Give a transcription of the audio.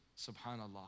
subhanallah